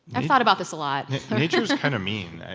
i thought about this a lot nature's kind of mean,